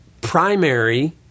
primary